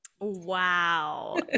Wow